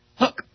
Look